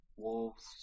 Wolves